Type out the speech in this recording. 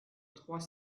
trois